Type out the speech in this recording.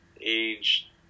age